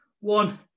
one